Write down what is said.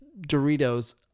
Doritos